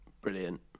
Brilliant